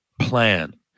plan